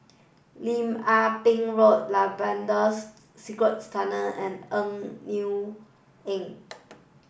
Lim Ah Pin Road Labrador Secret Tunnels and Eng Neo Avenue